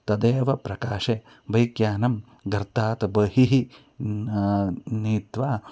तदेव प्रकाशे बैक् यानं गर्तात् बहिः नीत्वा